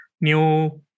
new